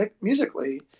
musically